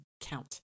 count